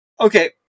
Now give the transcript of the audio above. okay